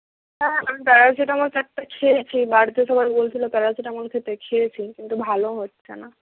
হ্যাঁ আমি প্যারাসিটামল চারটে খেয়েছি বাড়িতে সবাই বলছিল প্যারাসিটামল খেতে খেয়েছি কিন্তু ভালো হচ্ছে না